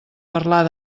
parlar